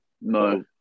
No